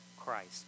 Christ